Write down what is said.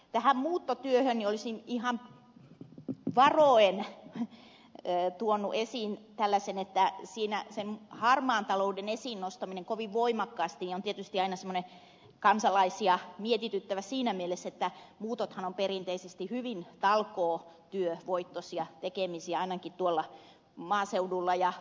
tähän muuttotyöhön olisin ihan varoen tuonut esiin tällaisen näkökulman että siinä sen harmaan talouden esiin nostaminen kovin voimakkaasti on tietysti aina semmoinen kansalaisia mietityttävä asia siinä mielessä että muutothan ovat perinteisesti hyvin talkootyövoittoisia tekemisiä ainakin tuolla maaseudulla ja pikkukaupungeissa